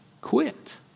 quit